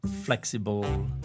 flexible